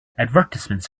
advertisements